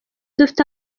dufite